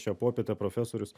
šią popietę profesorius